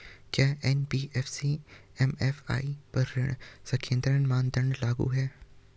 क्या NBFC MFI पर ऋण संकेन्द्रण मानदंड लागू हैं?